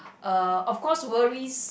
uh of course worries